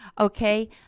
Okay